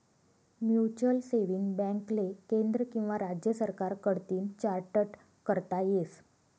mutual saving बॅकले केंद्र किंवा राज्य सरकार कडतीन चार्टट करता येस